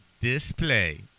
display